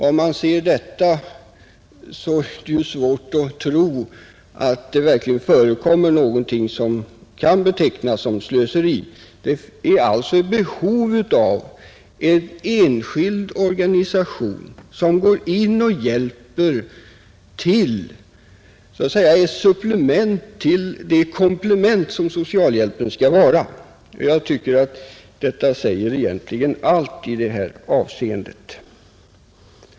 När man ser det är det svårt att tro, att det verkligen förekommer någonting som kan betecknas som slöseri, Det finns alltså ett behov av en enskild organisation som går in och hjälper till så att säga som supplement till det komplement som socialhjälpen skall vara. Detta säger egentligen allt i det avseendet.